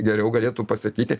geriau galėtų pasakyti